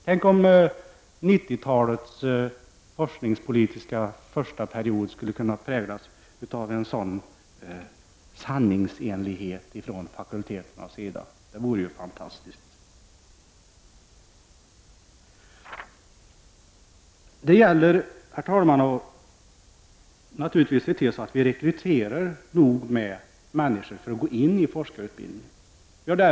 Tänk, om 90-talets forskningspolitiska första period skulle kunna präglas av en sådan sanningsenlighet från fakulteternas sida. Det vore fantastiskt. Det gäller, herr talman, att se till att vi rekryterar tillräckligt många som kan gå in i forskarutbildning.